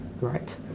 right